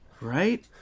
Right